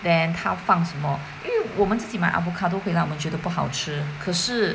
then 他放什么因为我们自己买 avocado 回来我们觉得不好吃可是